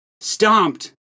stomped